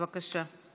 בבקשה.